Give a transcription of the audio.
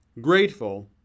Grateful